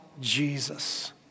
Jesus